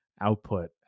output